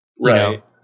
Right